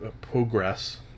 progress